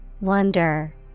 Wonder